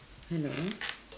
hello